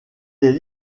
est